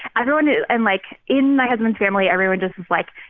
everyone and, like, in my husband's family, everyone just is, like,